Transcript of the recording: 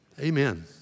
Amen